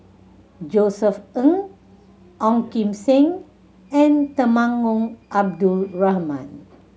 Josef Ng Ong Kim Seng and Temenggong Abdul Rahman